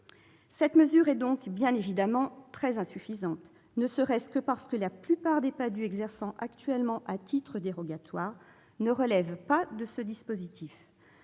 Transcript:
Cette mesure est bien évidemment très insuffisante, ne serait-ce que parce que la plupart des PADHUE exerçant actuellement à titre dérogatoire ne relèvent pas de ce dispositif.